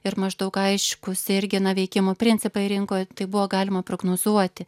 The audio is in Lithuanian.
ir maždaug aiškūs irgi na veikimo principai rinkoje tai buvo galima prognozuoti